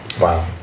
Wow